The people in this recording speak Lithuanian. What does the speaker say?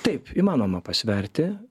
taip įmanoma pasverti